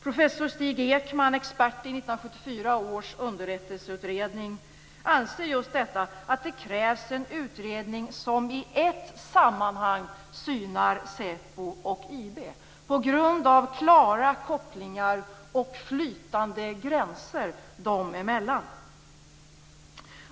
Professor Stig Ekman, expert i 1974 års underrättelseutredning, anser att det krävs en utredning som i ett sammanhang synar SÄPO och IB på grund av klara kopplingar och flytande gränser dem emellan.